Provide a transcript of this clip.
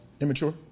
Immature